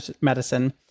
Medicine